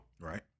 Right